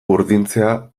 urdintzea